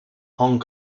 hong